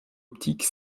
optique